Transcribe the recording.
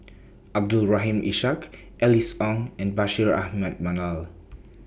Abdul Rahim Ishak Alice Ong and Bashir Ahmad Mallal